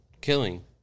killing